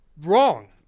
wrong